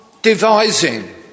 Devising